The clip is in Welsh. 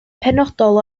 penodol